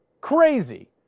Crazy